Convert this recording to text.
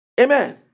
Amen